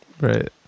Right